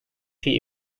şey